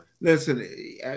Listen